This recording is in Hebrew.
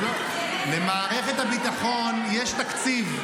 למערכת הביטחון יש תקציב,